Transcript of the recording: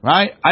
Right